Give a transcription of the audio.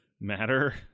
matter